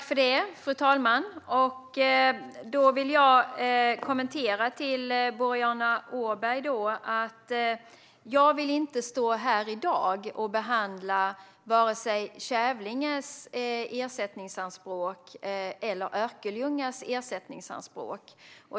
Fru talman! Då vill jag säga till Boriana Åberg att jag inte vill stå här i dag och behandla vare sig Kävlinges eller Örkelljungas ersättningsanspråk.